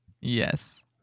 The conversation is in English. Yes